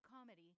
comedy